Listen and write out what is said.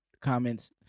comments